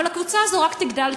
אבל הקבוצה הזאת רק תגדל,